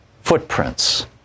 footprints